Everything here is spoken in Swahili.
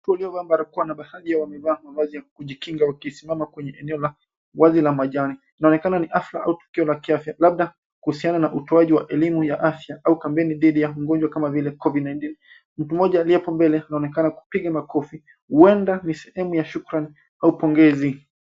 Watu waliovaa barakoa na baadhi wamevaa mavazi ya kujikinga wakisimama kwenye eneo la wazi la majani, inaonekana ni hafla au tukio la kiafya, labda kuhusiana na utoaji wa elimu ya afya, au kampeni ya dhidi ya ugonjwa kama vile Covid- 19 . Mtu mmoja aliye hapo mbele, anaonekana kupiga makofi, huenda ni sehemu ya shukran, au pongezi.